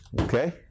Okay